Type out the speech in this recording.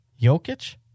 Jokic